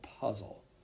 puzzle